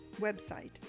website